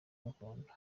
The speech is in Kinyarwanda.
gakondo